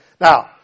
Now